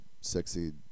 sexy